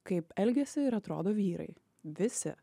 kaip elgiasi ir atrodo vyrai visi